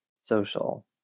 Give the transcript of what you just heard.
social